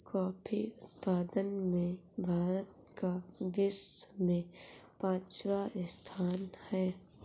coffee उत्पादन में भारत का विश्व में पांचवा स्थान है